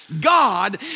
God